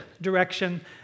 direction